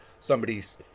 somebody's